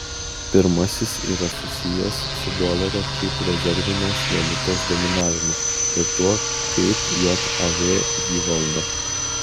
pirmasis yra susijęs su dolerio kaip rezervinės valiutos dominavimu ir tuo kaip jav jį valdo